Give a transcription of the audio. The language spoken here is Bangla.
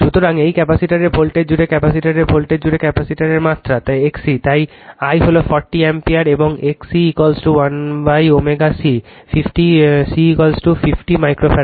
সুতরাং এই ক্যাপাসিটরের ভোল্টেজ জুড়ে ক্যাপাসিটরের ভোল্টেজ জুড়ে ক্যাপাসিটরের মাত্রা I XC তাই I হল 40 অ্যাম্পিয়ার এবং XC1ω C C50 micro farad